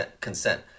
consent